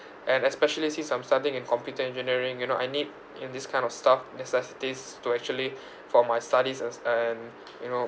and especially since I'm starting in computer engineering you know I need you know this kind of stuff necessities to actually for my studies ands and you know